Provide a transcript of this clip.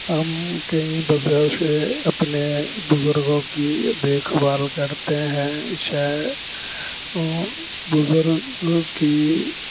ہم کئی وجہ سے اپنے بزرگوں کی دیکھ بھال کرتے ہیں چاہے بزرگ کی